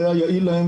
לא המודל היחיד,